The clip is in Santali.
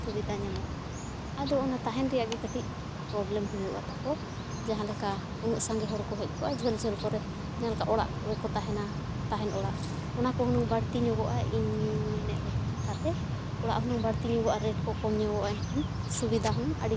ᱥᱩᱵᱤᱫᱷᱟ ᱧᱟᱢᱚᱜᱼᱟ ᱟᱫᱚ ᱚᱱᱟ ᱛᱟᱦᱮᱱ ᱨᱮᱭᱟᱜ ᱜᱮ ᱠᱟᱹᱴᱤᱡ ᱯᱨᱚᱵᱽᱞᱮᱢ ᱦᱩᱭᱩᱜᱼᱟ ᱛᱟᱠᱚ ᱡᱟᱦᱟᱸ ᱞᱮᱠᱟ ᱩᱱᱟᱹᱜ ᱥᱟᱸᱜᱮ ᱦᱚᱲ ᱠᱚ ᱦᱮᱡ ᱠᱚᱜᱼᱟ ᱡᱷᱟᱹᱞ ᱡᱷᱟᱹᱞ ᱠᱚᱨᱮ ᱡᱮᱞᱮᱠᱟ ᱚᱲᱟᱜ ᱨᱮᱠᱚ ᱛᱟᱦᱮᱱᱟ ᱛᱟᱦᱮᱱ ᱚᱲᱟᱜ ᱚᱱᱟ ᱠᱚ ᱦᱩᱱᱟᱹᱝ ᱵᱟᱹᱲᱛᱤ ᱧᱚᱜᱚᱜᱼᱟ ᱤᱧ ᱢᱮᱱᱮᱫ ᱞᱮᱠᱟ ᱠᱟᱛᱷᱟᱛᱮ ᱚᱲᱟᱜ ᱦᱩᱱᱟᱹᱝ ᱵᱟᱹᱲᱛᱤ ᱧᱚᱜᱚᱜᱼᱟ ᱨᱮᱹᱴ ᱠᱚ ᱠᱚᱢ ᱧᱚᱜᱚᱜ ᱮᱱᱠᱷᱟᱱ ᱥᱩᱵᱤᱫᱟ ᱦᱩᱱᱟᱹᱝ ᱟᱹᱰᱤ